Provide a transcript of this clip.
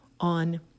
on